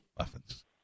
Muffins